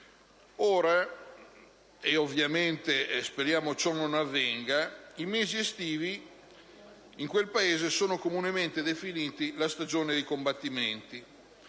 speriamo ovviamente ciò non avvenga), i mesi estivi in quel Paese sono comunemente definiti «la stagione dei combattimenti».